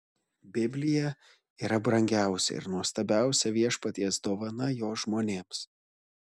biblija yra brangiausia ir nuostabiausia viešpaties dovana jo žmonėms